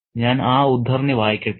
ഞാൻ ആ ഉദ്ധരണി വായിക്കട്ടെ